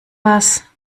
was